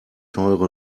teure